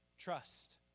Trust